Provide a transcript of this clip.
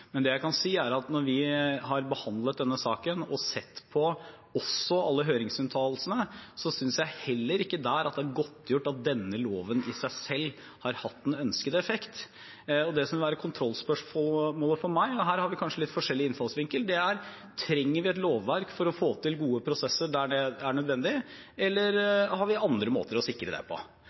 Men det jeg kan si, er at når vi har behandlet denne saken og sett på også alle høringsuttalelsene, synes jeg heller ikke der at det er godtgjort at denne loven i seg selv har hatt den ønskede effekt. Det som vil være kontrollspørsmålet for meg – og her har vi kanskje litt forskjellig innfallsvinkel – er: Trenger vi et lovverk for å få til gode prosesser der det er nødvendig, eller har vi andre måter å sikre det på?